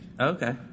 Okay